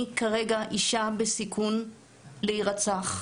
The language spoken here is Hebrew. אני כרגע אישה בסיכון להירצח,